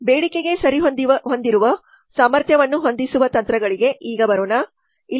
ಬೇಡಿಕೆಗೆ ಸರಿಹೊಂದುವ ಸಾಮರ್ಥ್ಯವನ್ನು ಹೊಂದಿಸುವ ತಂತ್ರಗಳಿಗೆ ಈಗ ಬರುತ್ತಿದೆ